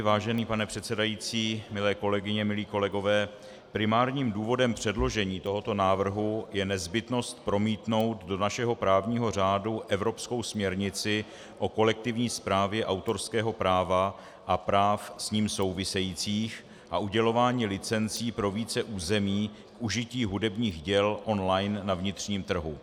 Vážený pane předsedající, milé kolegyně, milí kolegové, primárním důvodem předložení tohoto návrhu je nezbytnost promítnout do našeho právního řádu evropskou směrnici o kolektivní správě autorského práva a práv s ním souvisejících a udělování licencí pro více území k užití hudebních děl online na vnitřním trhu.